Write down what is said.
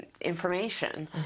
information